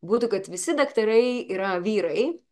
būtų kad visi daktarai yra vyrai